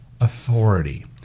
authority